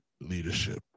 leadership